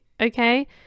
okay